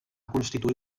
constituir